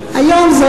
היום ברחו כולם.